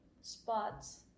spots